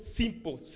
simple